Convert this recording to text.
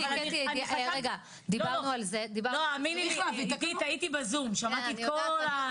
עידית, הייתי בזום, שמעתי את כל השיחה.